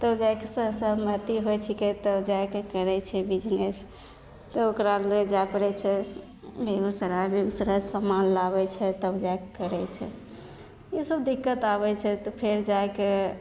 एहिमे सभ सहमति होइ छिकै तब जाके करै छै बिजनेस तऽ ओकराले जाइ पड़ै छै बेगूसराय बेगूसरायसे समान लाबै छै तब जाके करै छै ईसब दिक्कत आबै छै तऽ फेर जाके